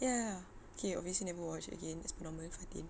ya okay obviously never watch again as per normal fatin